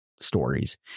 stories